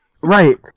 right